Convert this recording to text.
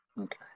Okay